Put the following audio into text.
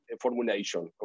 formulation